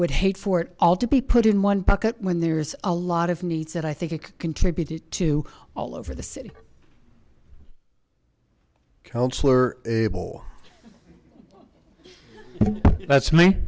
would hate for it all to be put in one pocket when there's a lot of needs that i think contributed to all over the city councilor abel that's